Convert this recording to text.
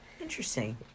Interesting